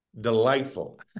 Delightful